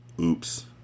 Oops